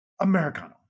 Americano